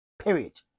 Period